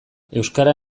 euskara